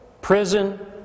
prison